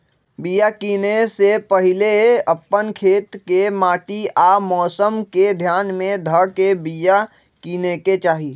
बिया किनेए से पहिले अप्पन खेत के माटि आ मौसम के ध्यान में ध के बिया किनेकेँ चाही